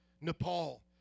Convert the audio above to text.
Nepal